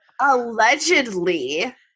Allegedly